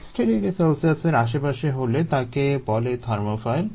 60 ºC এর আশেপাশে হলে তাকে বলে থার্মোফাইল